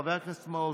חבר הכנסת מעוז,